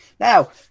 Now